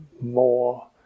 more